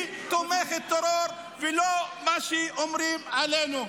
היא תומכת טרור, ולא מה שאומרים עלינו.